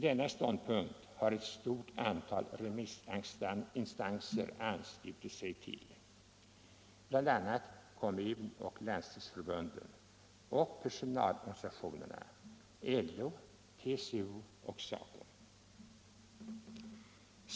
Denna ståndpunkt har ett stort antal remissinstanser anslutit sig till, bl.a. Kommunoch Landstingsförbunden och personalorganisationerna LO SACO.